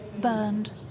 burned